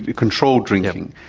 ah controlled drinking,